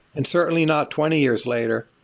and certainly, not twenty years later.